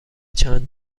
چند